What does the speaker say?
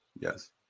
Yes